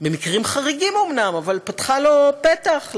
במקרים חריגים אומנם, אבל פתח לו פתח.